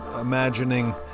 imagining